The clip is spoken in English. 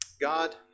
God